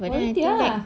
volunteer ah